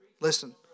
listen